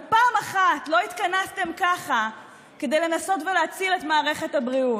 ופעם אחת לא התכנסתם ככה כדי לנסות ולהציל את מערכת הבריאות?